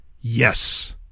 Yes